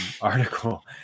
article